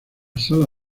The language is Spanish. sala